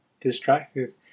distracted